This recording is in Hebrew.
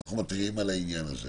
אנחנו מתריעים על העניין הזה